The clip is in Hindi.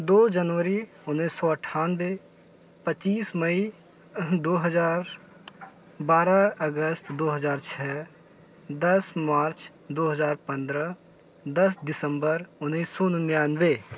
दो जनवरी उन्नीस सौ अठानवे पच्चीस मई दो हज़ार बारह अगस्त दो हज़ार छ दस मार्च दो हज़ार पंद्रह दस दिसंबर उन्नीस सौ निन्यानवे